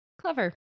clever